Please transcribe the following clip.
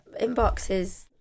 inboxes